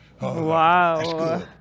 wow